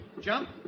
Jump